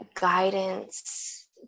guidance